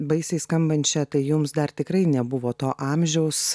baisiai skambančią tai jums dar tikrai nebuvo to amžiaus